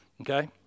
Okay